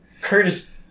Curtis